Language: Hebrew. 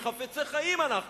אם חפצי חיים אנחנו,